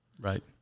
Right